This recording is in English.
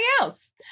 else